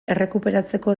errekuperatzeko